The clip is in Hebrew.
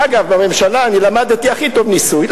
אגב, בממשלה אני למדתי הכי טוב ניסוי.